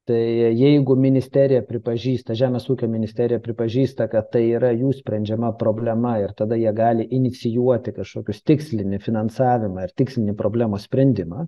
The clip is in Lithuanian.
tai jeigu ministerija pripažįsta žemės ūkio ministerija pripažįsta kad tai yra jų sprendžiama problema ir tada jie gali inicijuoti kažkokius tikslinį finansavimą ir tikslinį problemos sprendimą